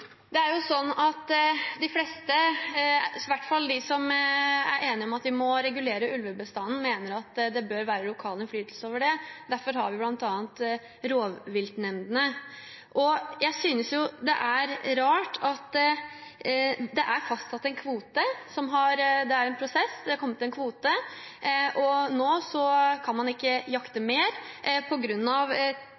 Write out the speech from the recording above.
Det er sånn at de fleste, i hvert fall de som er enige om at vi må regulere ulvebestanden, mener at det bør være lokal innflytelse over det. Derfor har vi bl.a. rovviltnemndene. Jeg synes det er rart at man, når det er fastsatt en kvote – det er en prosess, det har kommet en kvote – ikke kan jakte mer på grunn av tre høringsinstanser som har spilt inn at man